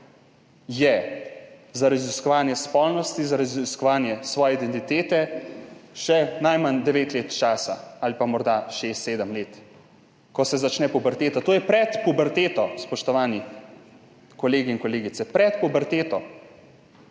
je za raziskovanje spolnosti, za raziskovanje svoje identitete, še najmanj devet let časa ali pa morda šest, sedem let, ko se začne puberteta. To je pred puberteto, spoštovani kolegi in kolegice! Pred puberteto!